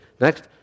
Next